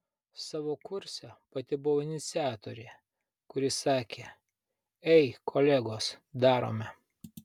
savo kurse pati buvau iniciatorė kuri sakė ei kolegos darome